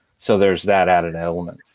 so there's that added element.